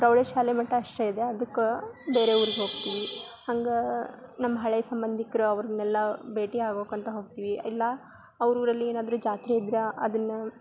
ಪ್ರೌಢ ಶಾಲೆ ಮಟ್ಟ ಅಷ್ಟೆ ಇದೆ ಅದಕ್ಕೆ ಬೇರೆ ಊರಿಗೆ ಹೋಗ್ತೀವಿ ಹಂಗೆ ನಮ್ಮ ಹಳೇ ಸಂಬಂಧಿಕರು ಅವರನ್ನೆಲ್ಲ ಭೇಟಿ ಆಗೋಕ್ಕಂತ ಹೋಗ್ತೀವಿ ಇಲ್ಲಾ ಅವರೂರಲ್ಲಿ ಏನಾದರು ಜಾತ್ರೆ ಇದ್ರೆ ಅದನ್ನ